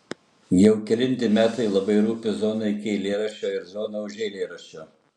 jau kelinti metai labai rūpi zona iki eilėraščio ir zona už eilėraščio